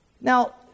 Now